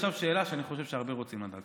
עכשיו שאלה שאני חושב שהרבה רוצים לדעת: